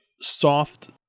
soft